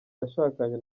yashakanye